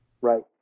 right